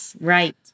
right